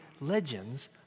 legends